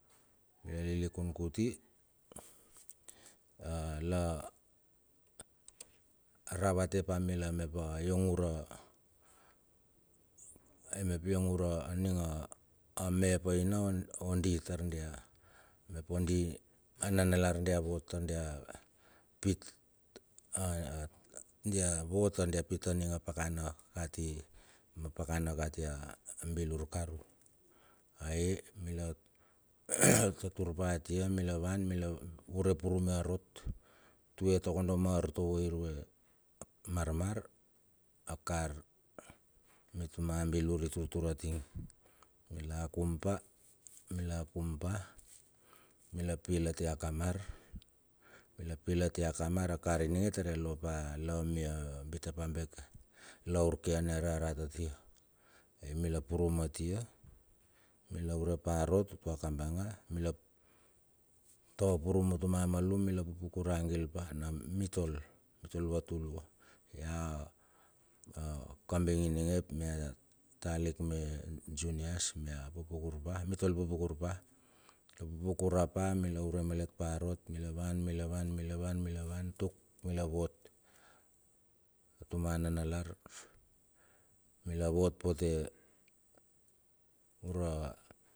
La lilikun kati la ravate mila mep iong ura me ap ura ina ondi dia vot taur dia pit aninga pakana kati a bilur karu mila tatur pa atua mila van mila ure purume a rot utue takodo ma artovo irue marmar mila akum pa mila pil atia kamar. Taur ia lopa la mia bitapabeke taur la urkiane rarat. Mila ure pa a rot utuma kabanga mitol va tulua ia ap kambing ininge ap junias mitol papakur pa mitol pupukar rap pa mila lilikun kuti ai aning me. Dia i kul pa na long na bal na long na bal di mali i lar o bal tar mila en pa tar kondi mila turpa a pal kiti taur kondi ono. Anuk apak na kiti a dekdek na paka ot lo tari vua dala pit kamaga ilar